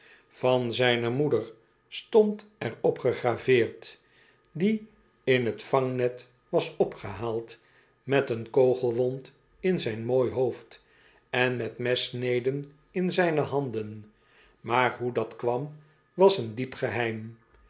van zijne moeder stond er op gegraveerd die in t vangnet was opgehaald met een kogelwond in zijn mooi hoofd en met messneden in zijne handen maar hoe dat kwam was een diep geheim